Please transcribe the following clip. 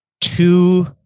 two